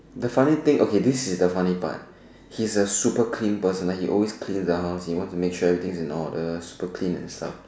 the funny thing okay this is the funny part he is a super clean person like he always cleans on he wants to make sure everything is in order super clean and stuff